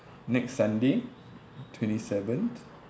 next sunday twenty seventh